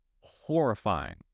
horrifying